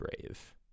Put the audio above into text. brave